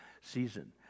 season